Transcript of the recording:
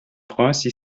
prince